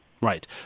Right